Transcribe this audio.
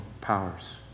powers